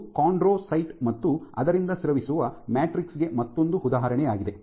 ಇದು ಕೊಂಡ್ರೊಸೈಟ್ ಮತ್ತು ಅದರಿಂದ ಸ್ರವಿಸುವ ಮ್ಯಾಟ್ರಿಕ್ಸ್ ಗೆ ಮತ್ತೊಂದು ಉದಾಹರಣೆಯಾಗಿದೆ